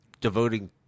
devoting